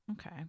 Okay